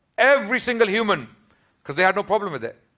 every single human because they had no problem with it.